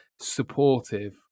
supportive